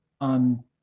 on